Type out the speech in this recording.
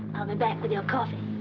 i'll be back with your coffee.